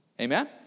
Amen